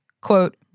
quote